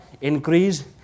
increase